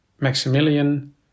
Maximilian